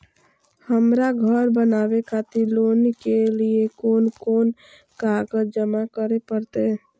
हमरा घर बनावे खातिर लोन के लिए कोन कौन कागज जमा करे परते?